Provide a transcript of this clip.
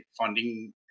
funding